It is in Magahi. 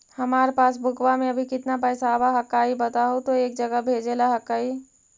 हमार पासबुकवा में अभी कितना पैसावा हक्काई बताहु तो एक जगह भेजेला हक्कई?